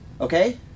okay